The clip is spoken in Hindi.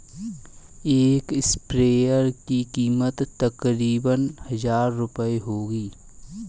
एक स्प्रेयर की कीमत तकरीबन हजार रूपए होगी